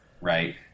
Right